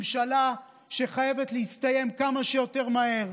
ממשלה שחייבת להסתיים כמה שיותר מהר,